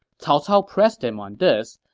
cao cao pressed him on this,